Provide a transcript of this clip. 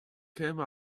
came